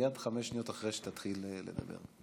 חמש שניות אחרי שתתחיל לדבר.